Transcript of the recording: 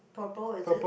purple is it